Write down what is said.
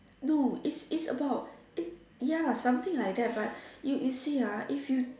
no it's it's about it ya lah something like that but you you see ah if you